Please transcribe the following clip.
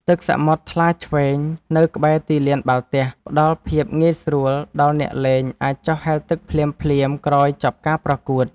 ទឹកសមុទ្រថ្លាឈ្វេងនៅក្បែរទីលានបាល់ទះ ផ្ដល់ភាពងាយស្រួលដល់អ្នកលេងអាចចុះហែលទឹកភ្លាមៗក្រោយចប់ការប្រកួត។